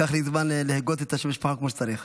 לקח לי זמן להגות את שם המשפחה שלך כמו שצריך.